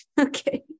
okay